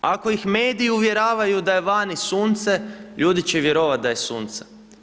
Ako ih mediji uvjeravaju da je vani sunce, ljudi će vjerovati da je sunce.